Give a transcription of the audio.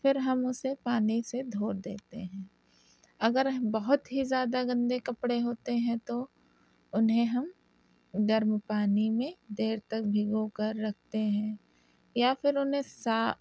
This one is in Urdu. پھر ہم اسے پانی سے دھو دیتے ہیں اگر ہم بہت ہی زیادہ گندے کپڑے ہوتے ہیں تو انہیں ہم گرم پانی میں دیر تک بھگو کر رکھتے ہیں یا پھر انہیں صاف